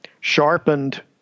sharpened